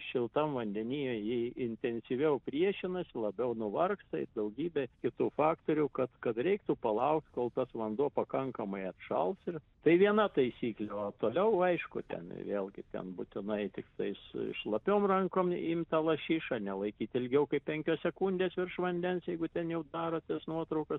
šiltam vandenyje ji intensyviau priešinasi labiau nuvargsta ir daugybė kitų faktorių kad kad reiktų palaukt kol tas vanduo pakankamai atšals ir tai viena taisyklė o toliau aišku ten vėlgi ten būtinai tiktai su šlapiom rankom imt tą lašišą nelaikyt ilgiau kaip penkios sekundės virš vandens jeigu ten jau darotės nuotraukas